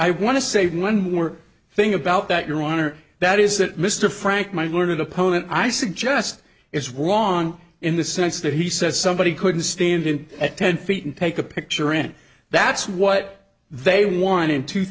to say one more thing about that your honor that is that mr frank my learned opponent i suggest is wrong in the sense that he says somebody could stand in at ten feet and take a picture in that's what they want in two